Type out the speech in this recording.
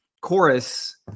chorus